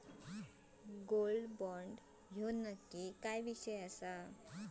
Gold bond ह्यो नक्की विषय काय आसा?